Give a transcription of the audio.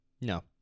No